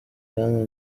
kandi